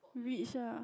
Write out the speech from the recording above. rich ah